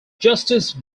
justice